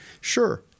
Sure